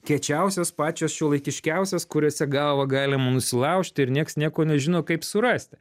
kiečiausios pačios šiuolaikiškiausios kuriose galvą galima nusilaužti ir nieks nieko nežino kaip surasti